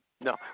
No